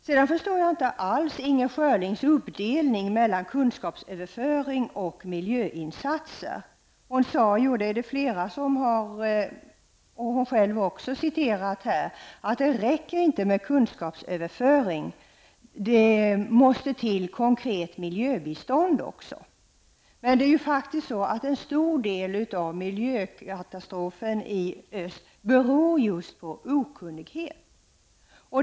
Sedan förstår jag inte alls Inger Schörlings uppdelning mellan kunskapsöverföring och miljöinsatser. Bl.a. Inger Schörling har ju sagt att det inte räcker med kunskapsöverföring. Det måste till ett konkret miljöbistånd också. Men då vill jag framhålla att miljökatastrofen i öst till stor del beror på just okunnighet.